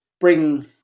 Bring